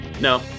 No